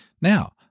Now